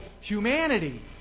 humanity